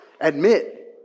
Admit